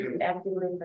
actively